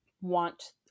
want